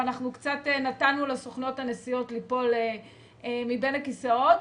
ואנחנו קצת נתנו לסוכנויות הנסיעות ליפול בין הכיסאות.